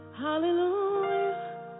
hallelujah